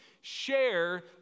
share